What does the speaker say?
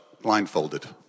blindfolded